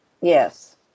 Yes